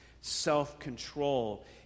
self-control